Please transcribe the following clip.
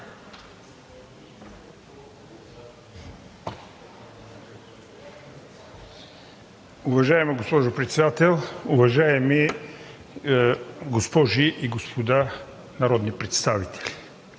Уважаема госпожо Председател, уважаеми госпожи и господа народни представители!